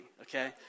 okay